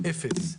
אפס.